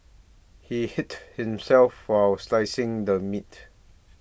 he hit himself while slicing the meat